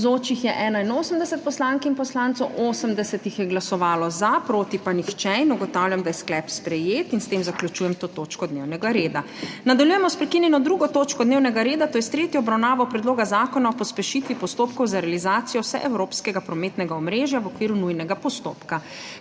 Navzočih je 81 poslank in poslancev, 80 jih je glasovalo za, proti pa nihče. (Za je glasovalo 80.) (Proti nihče.) Ugotavljam, da je sklep sprejet. S tem zaključujem to točko dnevnega reda. Nadaljujemo s **prekinjeno 2. točko dnevnega reda, to je s tretjo obravnavo Predloga zakona o pospešitvi postopkov za realizacijo vseevropskega prometnega omrežja v okviru nujnega postopka.**